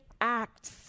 acts